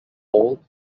all